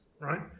right